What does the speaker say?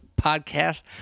Podcast